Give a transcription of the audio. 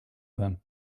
them